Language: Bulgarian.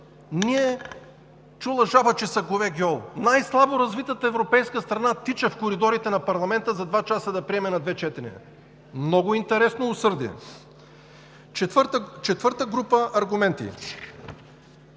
ние – чула жаба, че кон се кове… Най-слабо развитата европейска страна тича в коридорите на парламента за два часа да приеме на две четения. Много интересно усърдие?! Четвърта група аргументи.